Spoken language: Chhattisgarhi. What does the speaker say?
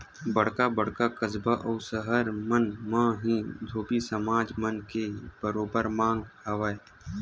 बड़का बड़का कस्बा अउ सहर मन म ही धोबी समाज मन के बरोबर मांग हवय